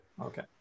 Okay